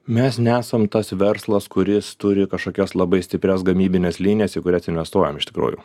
mes nesam tas verslas kuris turi kažkokias labai stiprias gamybines linijas į kurias investuojam iš tikrųjų